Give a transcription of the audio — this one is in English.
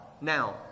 Now